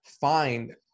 find